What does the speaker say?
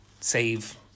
save